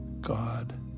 God